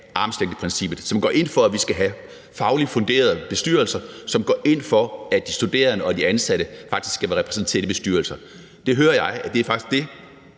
armslængdeprincippet, som går ind for, at vi skal have fagligt funderede bestyrelser, som går ind for, at de studerende og de ansatte faktisk skal repræsentere de bestyrelser. Det hører jeg faktisk der